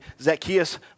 Zacchaeus